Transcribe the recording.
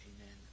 Amen